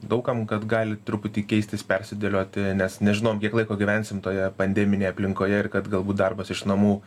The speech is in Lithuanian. daug kam kad gali truputį keistis persidėlioti nes nežinom kiek laiko gyvensim toje pandeminėje aplinkoje ir kad galbūt darbas iš namų